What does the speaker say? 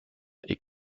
est